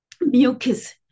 mucus